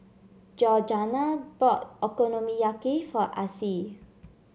Georganna bought Okonomiyaki for Acie